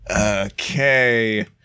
Okay